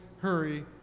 hurry